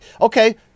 okay